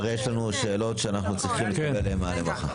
הרי יש לנו שאלות שאנחנו צריכים לקבל עליהם מענה מחר.